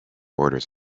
orders